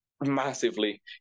massively